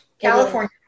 California